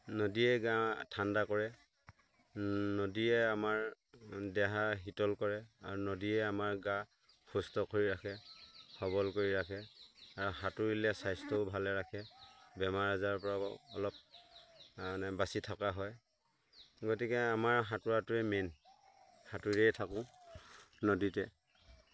নদীয়ে গা ঠাণ্ডা কৰে নদীয়ে আমাৰ দেহা শীতল কৰে আৰু নদীয়ে আমাৰ গা সুস্থ কৰি ৰাখে সবল কৰি ৰাখে আৰু সাঁতোৰিলে স্বাস্থ্যও ভালে ৰাখে বেমাৰ আজাৰপৰাও অলপ মানে বাচি থকা হয় গতিকে আমাৰ সাঁতোৰাটোৱে মেইন সাঁতোৰিয়েই থাকোঁ নদীতে